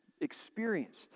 experienced